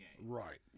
Right